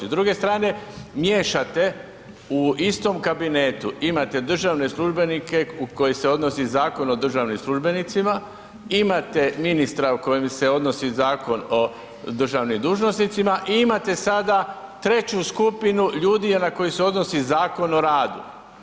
S druge strane, miješate u istom kabinetu, imate državne službenike u koji se odnosi Zakon o državnim službenicima, imate ministra o kojem se odnosi Zakon o državnim dužnosnicima i imate sada treću skupinu ljudi na koje se odnosi Zakon o radu.